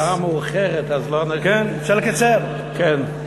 השעה מאוחרת, אז לא, כן, אפשר לקצר, כן.